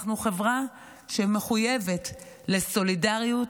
אנחנו חברה שמחויבת לסולידריות,